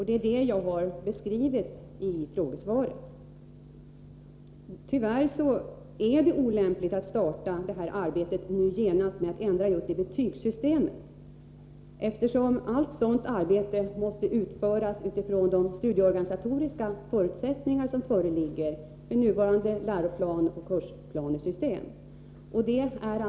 Det är det som jag beskrivit i frågesvaret. Tyvärr är det olämpligt att genast starta med arbetet på en ändring av just betygssystemet, eftersom allt sådant arbete måste utföras utifrån de studieorganisatoriska förutsättningar som föreligger med tanke på nuvarande lärooch kursplanesystem.